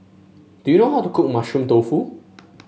do you know how to cook Mushroom Tofu